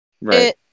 Right